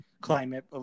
climate